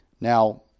Now